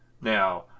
Now